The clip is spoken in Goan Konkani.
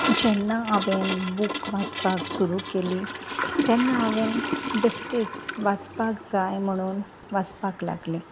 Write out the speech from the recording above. जेन्ना हांवेन बूक वाचपाक सुरू केली तेन्ना हांवेन बेश्टेच वाचपाक जाय म्हुणून वाचपाक लागलें